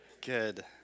Good